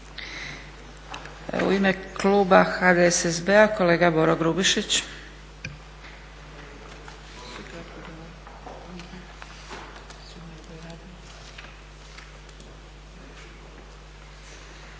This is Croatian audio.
U ime kluba HDSSB-a kolega Boro Grubišić.